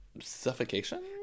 suffocation